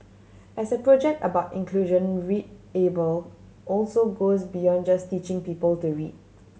as a project about inclusion readable also goes beyond just teaching people to read